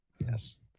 Yes